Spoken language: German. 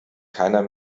keiner